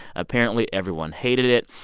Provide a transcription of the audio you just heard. apparently, everyone hated it.